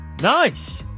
nice